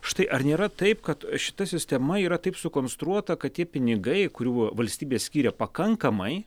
štai ar nėra taip kad šita sistema yra taip sukonstruota kad tie pinigai kurių valstybė skiria pakankamai